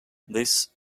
this